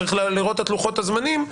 צריך לראות את לוחות הזמנים,